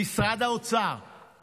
משרד האוצר,